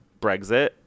Brexit